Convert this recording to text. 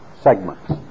segments